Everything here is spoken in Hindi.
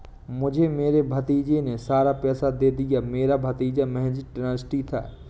मुझे मेरे भतीजे ने सारा पैसा दे दिया, मेरा भतीजा महज़ ट्रस्टी था